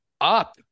up